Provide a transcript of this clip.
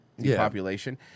depopulation